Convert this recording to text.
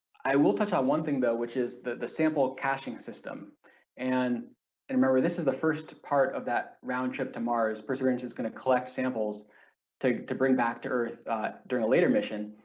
i will touch on one thing though which is the the sample caching system and and remember this is the first part of that round trip to mars, perseverance is going to collect samples to to bring back to earth during a later mission.